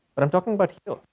but i'm talking about here.